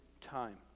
time